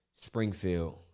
Springfield